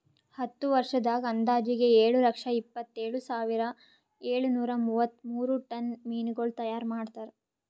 ಹತ್ತು ವರ್ಷದಾಗ್ ಅಂದಾಜಿಗೆ ಏಳು ಲಕ್ಷ ಎಪ್ಪತ್ತೇಳು ಸಾವಿರದ ಏಳು ನೂರಾ ಮೂವತ್ಮೂರು ಟನ್ ಮೀನಗೊಳ್ ತೈಯಾರ್ ಮಾಡ್ತಾರ